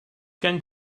gen